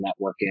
networking